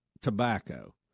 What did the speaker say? tobacco